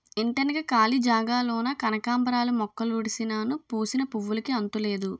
ఇంటెనక కాళీ జాగాలోన కనకాంబరాలు మొక్కలుడిసినాను పూసిన పువ్వులుకి అంతులేదు